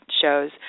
shows